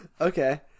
Okay